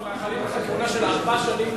אנחנו מאחלים לך כהונה של ארבע שנים,